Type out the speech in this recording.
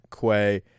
Quay